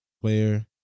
player